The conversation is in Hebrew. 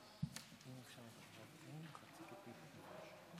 משפט אחרון.